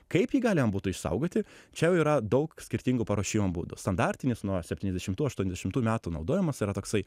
kaip jį galima būtų išsaugoti čia jau yra daug skirtingų paruošimo būdų standartinis nuo septyniasdešimtų aštuoniasdešimtų metų naudojamas yra toksai